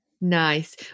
Nice